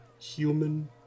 human